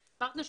ופרטנר,